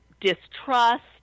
distrust